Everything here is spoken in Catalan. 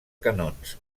canons